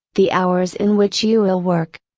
the hours in which you will work.